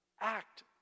Act